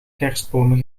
kerstbomen